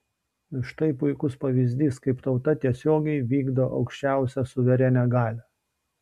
štai puikus pavyzdys kaip tauta tiesiogiai vykdo aukščiausią suverenią galią